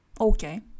Okay